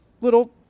little